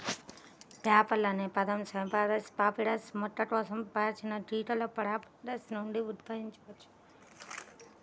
paper అనే పదం Cyperus papyrus మొక్క కోసం ప్రాచీన గ్రీకులో పాపిరస్ నుండి ఉద్భవించింది